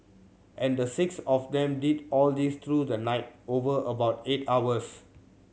and the six of them did all this through the night over about eight hours